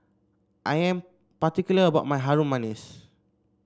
I am particular about my Harum Manis